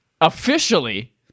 Officially